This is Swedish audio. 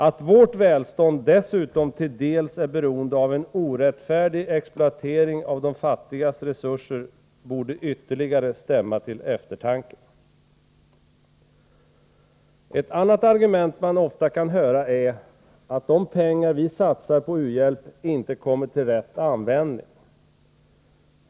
Att vårt välstånd dessutom delvis är beroende av en orättfärdig exploatering av de fattigas resurser borde ytterligare stämma till eftertanke. Ett annat argument som man ofta kan höra är att de pengar vi satsar på u-hjälp inte kommer till rätt användning.